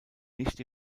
nicht